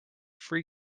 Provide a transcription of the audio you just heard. free